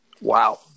Wow